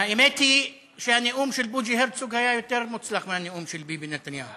האמת היא שהנאום של בוז'י הרצוג היה יותר מוצלח מהנאום של ביבי נתניהו.